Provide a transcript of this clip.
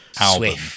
album